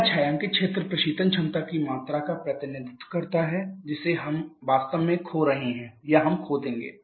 यह छायांकित क्षेत्र प्रशीतन क्षमता की मात्रा का प्रतिनिधित्व करता है जिसे हम वास्तव में खो रहे हैं या हम खो देंगे